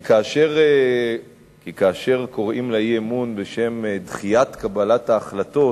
כי כאשר קוראים לאי-אמון בשם "דחיית קבלת ההחלטות